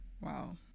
Wow